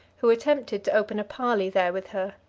who attempted to open a parley there with her.